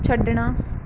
ਛੱਡਣਾ